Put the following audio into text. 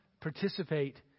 participate